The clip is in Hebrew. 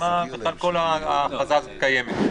שלשמה בכלל כל ההכרזה הזו קיימת.